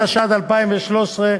התשע"ד 2013,